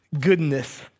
goodness